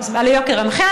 יוקר המחיה.